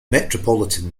metropolitan